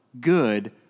good